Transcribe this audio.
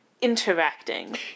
interacting